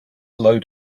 load